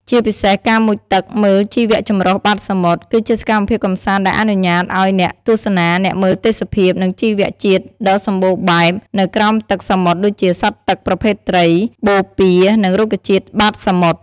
ជាពិសេសការមុជទឹកមើលជីវៈចម្រុះបាតសមុទ្រ គឺជាសកម្មភាពកម្សាន្តដែលអនុញ្ញាតឲ្យអ្នកទស្សនាអ្នកមើលទេសភាព និងជីវៈជាតិដ៏សម្បូរបែបនៅក្រោមទឹក សមុទ្រ ដូចជាសត្វទឹក ប្រភេទត្រី បូព៌ា និងរុក្ខជាតិបាតសមុទ្រ។